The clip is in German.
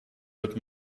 wird